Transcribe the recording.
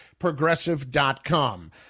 progressive.com